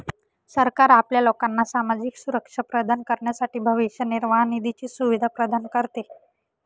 सरकार आपल्या लोकांना सामाजिक सुरक्षा प्रदान करण्यासाठी भविष्य निर्वाह निधीची सुविधा प्रदान करते